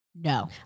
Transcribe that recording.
No